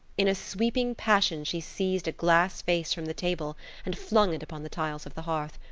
in a sweeping passion she seized a glass vase from the table and flung it upon the tiles of the hearth.